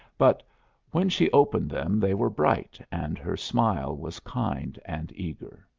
but when she opened them they were bright, and her smile was kind and eager.